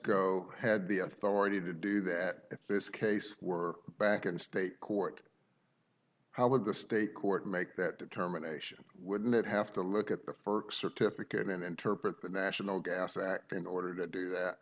transco had the authority to do that if this case were back in state court how would the state court make that determination wouldn't it have to look at the for certificate and interpret the national gas act in order to